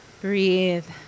Breathe